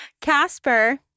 Casper